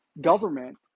government